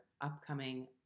upcoming